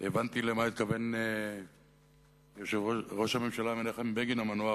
הבנתי למה התכוון ראש הממשלה מנחם בגין המנוח,